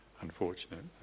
unfortunate